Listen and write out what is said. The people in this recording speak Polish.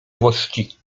złości